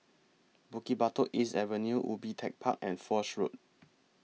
Bukit Batok East Avenue Ubi Tech Park and Foch Road